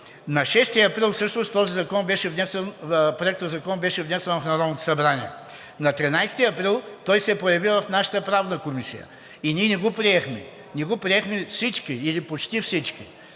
На 6 април всъщност този проект на закон беше внесен в Народното събрание. На 13 април той се появи в нашата Правна комисия и ние не го приехме – не го приехме всички или почти всички,